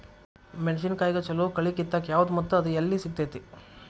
ಮೆಣಸಿನಕಾಯಿಗ ಛಲೋ ಕಳಿ ಕಿತ್ತಾಕ್ ಯಾವ್ದು ಮತ್ತ ಅದ ಎಲ್ಲಿ ಸಿಗ್ತೆತಿ?